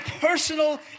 personal